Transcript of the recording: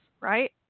right